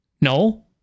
No